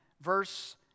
verse